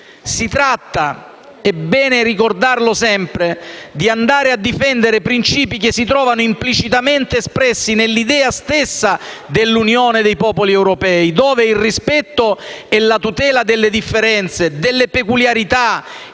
Si tratta - ed è bene ricordarlo sempre - di andare a difendere principi che si trovano implicitamente espressi nell'idea stessa dell'unione dei popoli europei, dove il rispetto e la tutela delle differenze, delle peculiarità